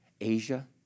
Asia